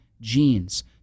genes